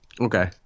Okay